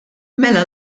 mela